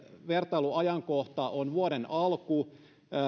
vertailuajankohta on vuoden alku